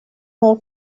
more